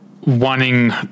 wanting